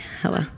hello